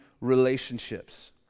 relationships